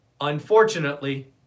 unfortunately